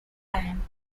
time